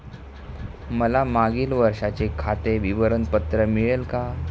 मला मागील वर्षाचे खाते विवरण पत्र मिळेल का?